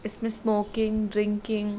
इसमें smoking drinking